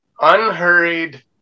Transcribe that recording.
unhurried